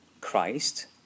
Christ